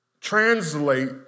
translate